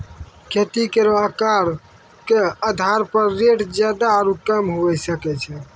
खेती केरो आकर क आधार पर रेट जादा आरु कम हुऐ सकै छै